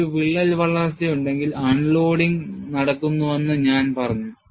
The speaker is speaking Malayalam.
ഒരു വിള്ളൽ വളർച്ചയുണ്ടെങ്കിൽ അൺലോഡിംഗ് നടക്കുന്നുവെന്ന് ഞാൻ പറഞ്ഞു